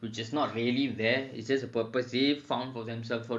which is not really them it's just a purpose found for themselves